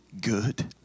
good